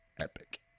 epic